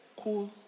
cool